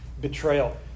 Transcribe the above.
Betrayal